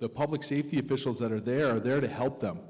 the public safety officials that are there are there to help them